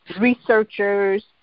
researchers